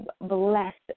blessed